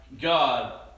God